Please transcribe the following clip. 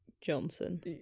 Johnson